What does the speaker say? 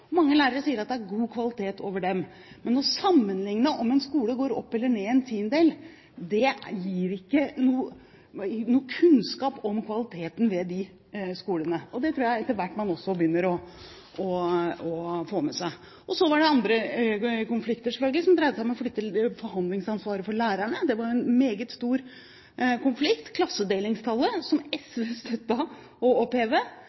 mange steder. Mange lærere sier at det er god kvalitet over dem. Men å sammenligne om en skole går opp eller ned en tiendedel, gir ikke noe kunnskap om kvaliteten ved disse skolene, og det tror jeg man etter hvert begynner å få med seg. Og så var det andre konflikter, selvfølgelig, som dreide seg om å flytte forhandlingsansvaret for lærerne – det var en meget stor konflikt. Klassedelingstallet som SV støttet å oppheve,